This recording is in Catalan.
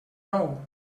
nou